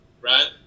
right